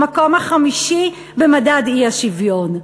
במקום החמישי במדד האי-שוויון.